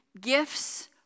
gifts